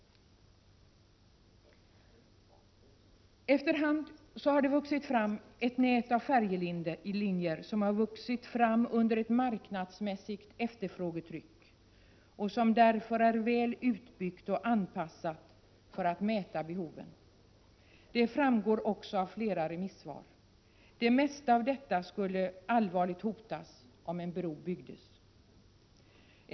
Efter hand har det vuxit fram ett nät av färjelinjer, som har tillkommit under ett marknadsmässigt efterfrågetryck och som därför är väl utbyggt och anpassat för att möta behoven. Det framgår också av flera remissvar. Det mesta av detta skulle allvarligt hotas om en bro byggdes.